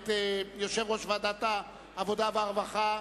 את יושב-ראש ועדת העבודה והרווחה,